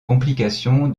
complication